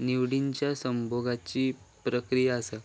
निवडिच्या संभोगाची प्रक्रिया असा